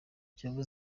kiyovu